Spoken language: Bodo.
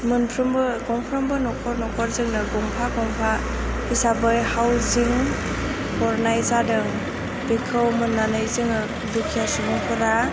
मोनफ्रोमबो गंफ्रोमबो न'खर न'खर जोंनो गंफा गंफा हिसाबै हाउसिंं हरनाय जादों बेखौ मोननानै जोङो दुखिया सुबुंफोरा